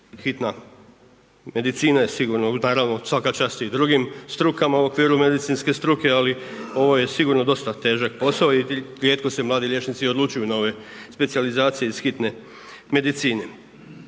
hitna medicina je sigurno. Naravno, svaka čast i drugim strukama u okviru medicinske struke, ali ovo je sigurno dosta težak posao i rijetko se mladi liječnici odlučuju na ove specijalizacije iz hitne medicine.